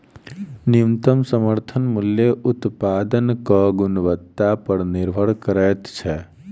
न्यूनतम समर्थन मूल्य उत्पादक गुणवत्ता पर निभर करैत छै